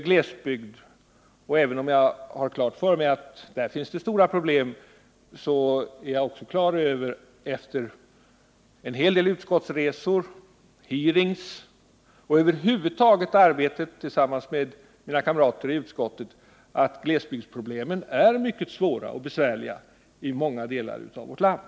Samtidigt som jag alltså är klar över att det där finns stora problem är jag efter en hel del utskottsresor, hearings och över huvud taget arbetet tillsammans med mina kamrater i utskottet också medveten om att glesbygdsproblemen är mycket svåra och besvärliga i många delar av vårt land.